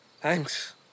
Thanks